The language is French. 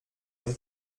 une